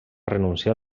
renunciar